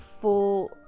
full